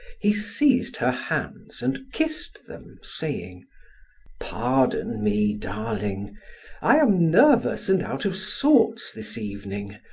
he seized her hands and kissed them, saying pardon me, darling i am nervous and out of sorts this evening.